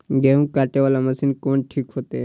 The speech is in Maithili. गेहूं कटे वाला मशीन कोन ठीक होते?